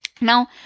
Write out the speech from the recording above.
now